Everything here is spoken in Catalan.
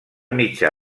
mitjà